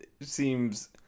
seems